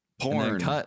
Porn